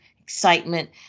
excitement